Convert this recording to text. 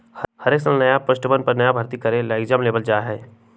हर साल नया पोस्टवन पर नया भर्ती करे ला एग्जाम लेबल जा हई